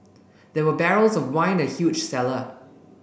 there were barrels of wine in huge cellar